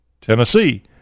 Tennessee